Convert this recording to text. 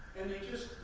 in eight years.